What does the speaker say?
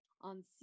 on